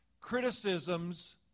Criticisms